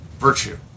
virtue